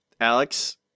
Alex